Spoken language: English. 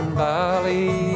valley